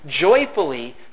joyfully